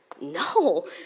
no